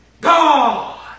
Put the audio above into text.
God